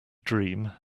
dream